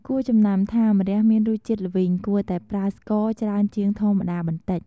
គួរចំណាំថា ម្រះមានរសជាតិល្វីងគួរតែប្រើស្ករច្រើនជាងធម្មតាបន្តិច។